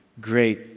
Great